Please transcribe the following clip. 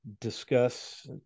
discuss